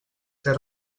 fer